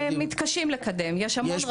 מתקשים לקדם, יש המון רצון.